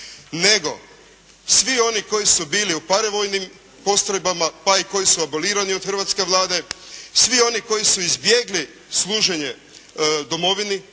Nego svi oni koji su bili u paravojnim postrojbama pa i koji su abolirani od hrvatske Vlade, svi oni koji su izbjegli služenje domovini